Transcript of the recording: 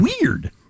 weird